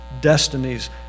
Destinies